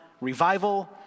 revival